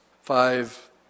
five